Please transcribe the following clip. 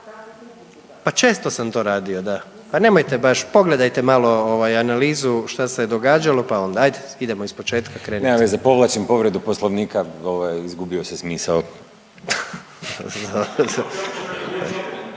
Pa često sam to radio da, pa nemojte baš pogledajte malo analizu šta se događalo pa onda. Ajd idemo iz početka krenite. **Glavašević, Bojan (Nezavisni)** Nema veze, povlačim povredu poslovnika, izgubio se smisao.